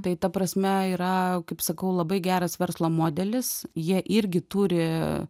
tai ta prasme yra kaip sakau labai geras verslo modelis jie irgi turi